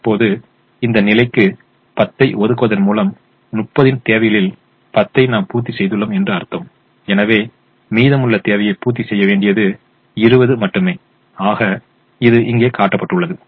இப்போது இந்த நிலைக்கு 10 ஐ ஒதுக்குவதன் மூலம் 30 தேவைகளில் 10 ஐ நாம் பூர்த்தி செய்துள்ளோம் என்று அர்த்தம் எனவே மீதமுள்ள தேவையை பூர்த்தி செய்ய வேண்டியது 20 மட்டுமே ஆக இது இங்கே காட்டப்பட்டுள்ளது